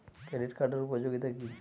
Credit কার্ডের উপযোগিতা কি?